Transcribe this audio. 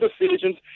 decisions